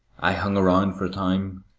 i hung around for a time,